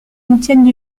contiennent